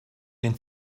den